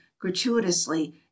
gratuitously